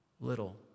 little